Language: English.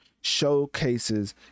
showcases